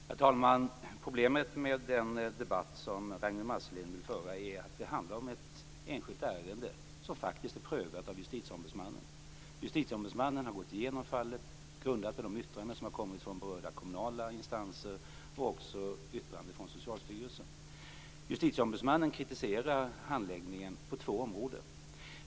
Herr talman! Problemet med den debatt som Ragnwi Marcelind vill föra är att det handlar om ett enskilt ärende, som är prövat av justitieombudsmannen. Justitieombudsmannen har gått igenom fallet, grundat på de yttranden som kommit från berörda kommunala instanser och också yttrande från Socialstyrelsen. Justitieombudsmannen kritiserar handläggningen på två områden.